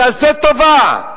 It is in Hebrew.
תעשה טובה.